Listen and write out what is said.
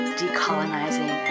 decolonizing